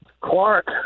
clark